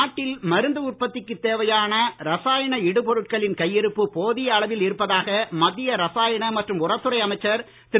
நாட்டில் மருந்து உற்பத்திக்குத் தேவையான இரசாயன இடு பொருட்களின் கையிருப்பு போதிய அளவில் இருப்பதாக மத்திய இரசாயன மற்றும் உரத்துறை அமைச்சர் திரு